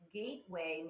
gateway